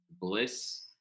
Bliss